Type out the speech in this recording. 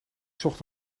zocht